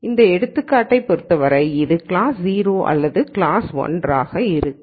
எனவே இந்த எடுத்துக்காட்டை பொருத்தவரை இது கிளாஸ் 0 அல்லது கிளாஸ் 1 ஆகும்